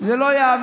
זה לא ייאמן.